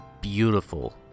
beautiful